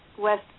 West